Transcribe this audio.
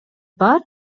бар